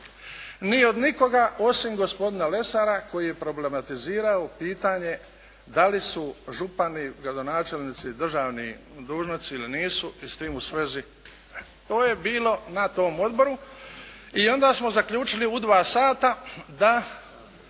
ni od nikoga osim od gospodina Lesara koji je problematizirao pitanje da li su župani, gradonačelnici državni dužnosnici ili nisu. I s tim u svezi, ovo je bilo na tom odboru. I onda smo zaključili u dva sata da